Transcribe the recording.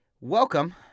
welcome